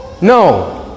No